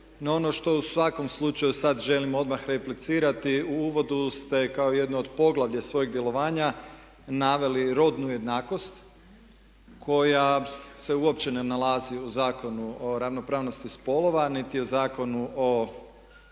ono što u svakom slučaju sada želim odmah replicirati, u uvodu ste kao jedno od poglavlja svojeg djelovanja naveli rodnu jednakost koja se uopće ne nalazi u Zakonu o ravnopravnosti spolova niti u Zakonu o